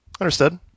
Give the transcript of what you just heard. Understood